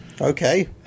Okay